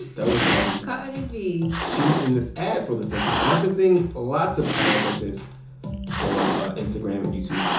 that was cardi cardi b she was in this ad for the census. and i've been seeing lots of ads like this on ah instagram and youtube.